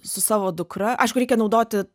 su savo dukra aišku reikia naudoti